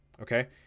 okay